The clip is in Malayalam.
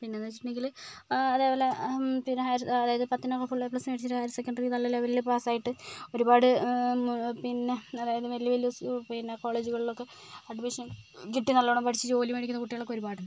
പിന്നെന്ന് വെച്ചിട്ടുണ്ടെങ്കില് അതേപോലെ പിന്നെ അതായത് പത്തിനൊക്കെ ഫുൾ എ പ്ലസ് മേടിച്ചിട്ട് ഹയർ സെക്കണ്ടറി നല്ല ലെവലിൽ പാസായിട്ട് ഒരുപാട് പിന്നെ അതായത് വലിയ വലിയ സ് പിന്നെ കോളജുകളിൽ ഒക്കെ അഡ്മിഷൻ കിട്ടി നല്ലോണം പഠിച്ച് ജോലി മേടിക്കുന്ന കുട്ടികളൊക്കെ ഒരുപാടുണ്ട്